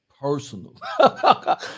personal